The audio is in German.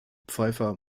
pfeiffer